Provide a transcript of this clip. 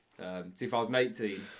2018